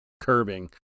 curbing